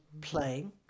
playing